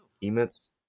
emits